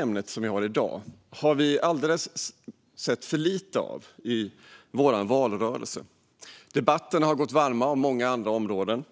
Ämnet som vi ska debattera i dag har vi sett alldeles för lite av i valrörelsen. Debatten har gått varm om många andra områden.